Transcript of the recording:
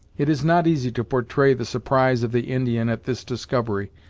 it is not easy to portray the surprise of the indian at this discovery,